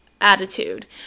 attitude